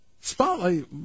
Spotlight